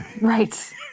Right